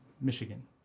Michigan